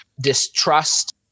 distrust